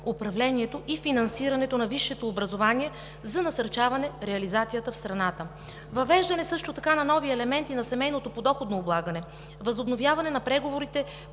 управлението и финансирането на висшето образование за насърчаване реализацията в страната; въвеждане също така на нови елементи на семейното подоходно облагане; възобновяване на преговорите